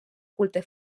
culte